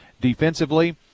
defensively